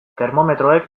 termometroek